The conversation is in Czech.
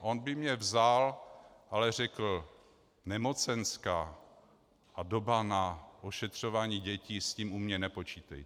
On by mě vzal, ale řekl: Nemocenská a doba na ošetřování dětí, s tím u mě nepočítejte.